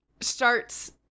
starts